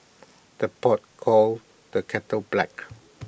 the pot calls the kettle black